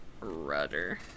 rudder